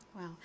Wow